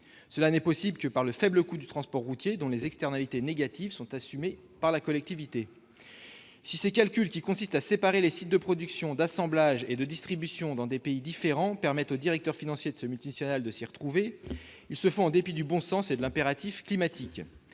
Cela n'est possible que par le faible coût du transport routier, dont les externalités négatives sont assumées par la collectivité. Si ces calculs, qui consistent à séparer les sites de production, d'assemblage et de distribution dans des pays différents, permettent aux directeurs financiers de ces multinationales de s'y retrouver, ils se font en dépit du bon sens et de l'impératif climatique.